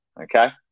okay